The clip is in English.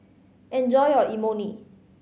enjoy your Imoni